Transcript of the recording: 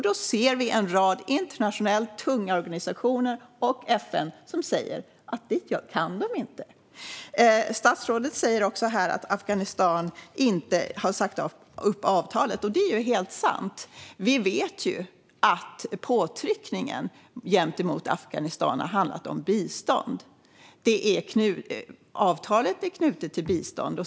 En rad tunga internationella organisationer, inklusive FN, säger att det kan man inte. Statsrådet säger här att Afghanistan inte har sagt upp avtalet. Det är helt sant. Vi vet att påtryckningen gentemot Afghanistan har handlat om bistånd. Avtalet är knutet till bistånd.